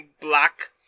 black